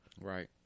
Right